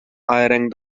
rang